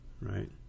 Right